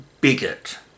Bigot